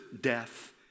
death